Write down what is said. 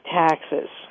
taxes